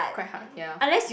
quite hard ya